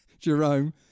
Jerome